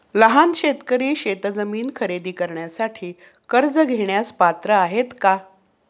लहान शेतकरी शेतजमीन खरेदी करण्यासाठी कर्ज घेण्यास पात्र आहेत का?